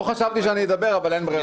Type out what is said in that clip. לא חשבתי שאדבר, אבל אין ברירה.